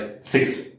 six